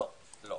לא.